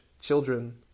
children